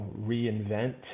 reinvent